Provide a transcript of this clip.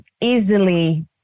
easily